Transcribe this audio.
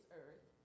earth